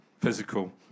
physical